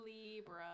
Libra